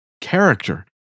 character